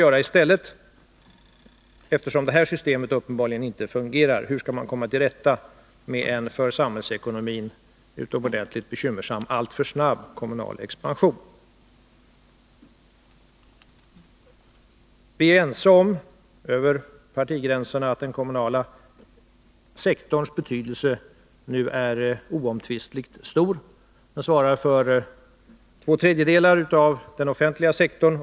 Eftersom det här systemet uppenbarligen inte fungerar är frågan hur man skall kunna komma till rätta med en för samhällsekonomin utomordentligt bekymmersam alltför snabb kommunal expansion. Över partigränserna är vi ense om att den kommunala sektorns betydelse nu är oomtvistligt stor. Den svarar för två tredjedelar av den offentliga sektorn.